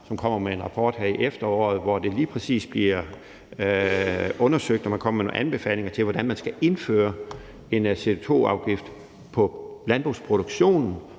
som kommer med en rapport her i efteråret, hvor det lige præcis bliver undersøgt. Man kommer med nogle anbefalinger til, hvordan man skal indføre en CO2-afgift på landbrugsproduktionen,